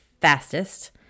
fastest